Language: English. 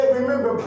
remember